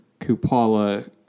kupala